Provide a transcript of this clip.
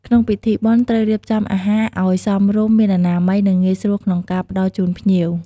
ក្នុងពិធីបុណ្យ ត្រូវរៀបចំអាហារឲ្យសមរម្យមានអនាម័យ និងងាយស្រួលក្នុងការផ្តល់ជូនភ្ញៀវ។